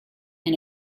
and